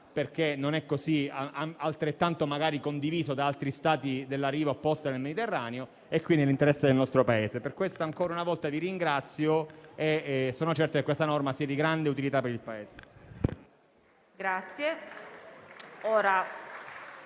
la cosa non è così altrettanto condivisa, magari, da altri Stati della riva opposta del Mediterraneo e, quindi, dell'interesse del nostro Paese. Per questo, ancora una volta, vi ringrazio e sono certo che la norma in esame sia di grande utilità per il Paese.